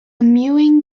mewing